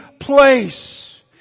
place